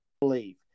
Believe